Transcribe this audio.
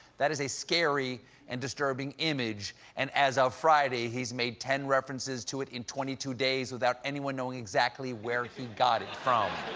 that is a scary and disturbing image and as of friday, he's made ten references to it in twenty two days without anyone knowing exactly where he got it from.